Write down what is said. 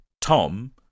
Tom